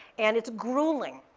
and it's grueling.